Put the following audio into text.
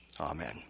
Amen